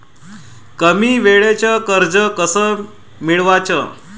कमी वेळचं कर्ज कस मिळवाचं?